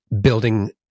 building